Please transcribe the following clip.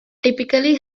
typically